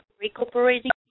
recuperating